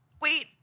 Wait